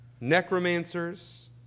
necromancers